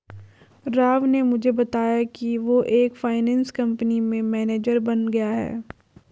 राव ने मुझे बताया कि वो एक फाइनेंस कंपनी में मैनेजर बन गया है